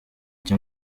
icyo